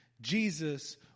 Jesus